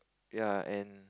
ya and